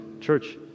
Church